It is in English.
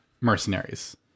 mercenaries